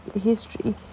history